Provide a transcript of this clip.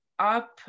Up